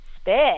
Spit